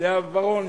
לאה ורון,